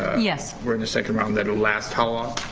yes. we're in a second round that'll last how long?